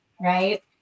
right